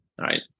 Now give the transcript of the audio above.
right